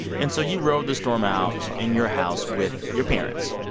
and so you rode the storm out in your house with your parents,